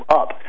up